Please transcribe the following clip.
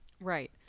Right